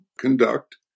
conduct